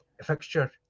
fixture